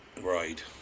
right